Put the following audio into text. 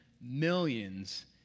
millions